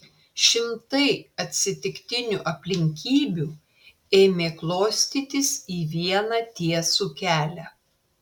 šimtai atsitiktinių aplinkybių ėmė klostytis į vieną tiesų kelią